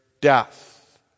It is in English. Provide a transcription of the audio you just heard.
death